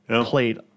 played